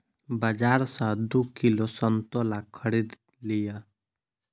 बाजार सॅ दू किलो संतोला खरीद लिअ